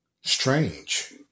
Strange